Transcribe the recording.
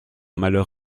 malheur